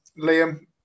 Liam